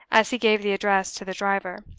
as he gave the address to the driver.